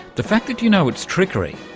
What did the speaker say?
the fact that you know it's trickery,